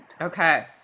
Okay